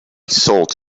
sold